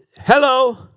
Hello